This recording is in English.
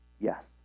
Yes